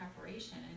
preparation